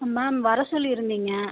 ஆ ma'am வர சொல்லியிருந்தீங்க